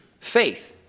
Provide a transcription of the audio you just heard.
faith